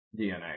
DNA